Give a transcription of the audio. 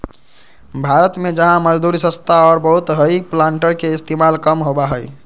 भारत में जहाँ मजदूरी सस्ता और बहुत हई प्लांटर के इस्तेमाल कम होबा हई